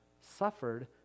suffered